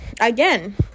again